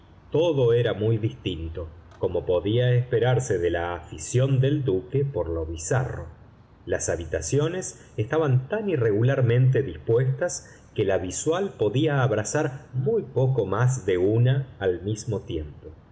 todo era muy distinto como podía esperarse de la afición del duque por lo bizarro las habitaciones estaban tan irregularmente dispuestas que la visual podía abrazar muy poco más de una al mismo tiempo